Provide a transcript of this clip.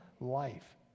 life